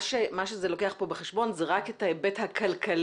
מה שזה לוקח כאן בחשבון, זה רק את ההיבט הכלכלי.